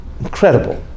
Incredible